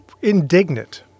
Indignant